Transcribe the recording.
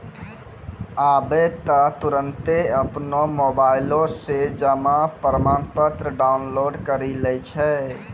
आबै त तुरन्ते अपनो मोबाइलो से जमा प्रमाणपत्र डाउनलोड करि लै छै